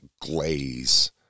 glaze